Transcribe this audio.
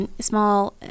Small